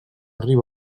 riba